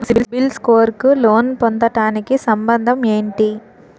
CIBIL score కు loan పొందటానికి సంబంధం ఏంటి?